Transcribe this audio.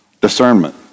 discernment